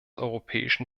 europäischen